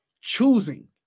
choosing